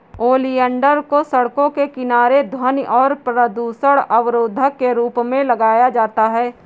oleander को सड़कों के किनारे ध्वनि और प्रदूषण अवरोधक के रूप में लगाया जाता है